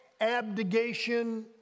abdication